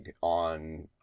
on